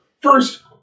First